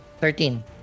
Thirteen